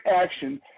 action